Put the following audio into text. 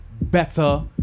better